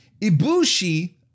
Ibushi